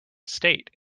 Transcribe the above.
state